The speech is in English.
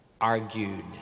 argued